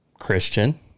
christian